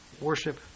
Worship